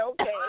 okay